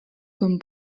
comme